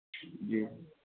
जी